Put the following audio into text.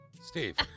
Steve